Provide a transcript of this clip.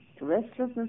restlessness